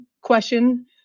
question